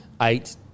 eight